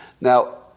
Now